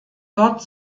dort